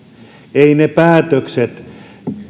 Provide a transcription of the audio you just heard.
eivät ne päätökset